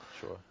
Sure